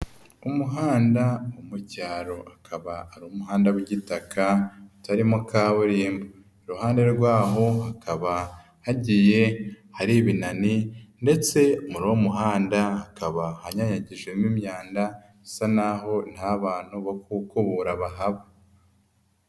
Umuhanda wo mu cyaro akaba ari umuhanda w'igitaka utarimo kaburimbo, iruhande rwaho hakaba hagiye hari ibinani ndetse muri uwo muhanda hakaba hanyanyagijwemo imyanda, bisa naho nta bantu bo kukubura bahaba.